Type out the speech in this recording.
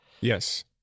Yes